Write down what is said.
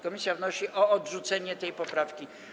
Komisja wnosi o odrzucenie tej poprawki.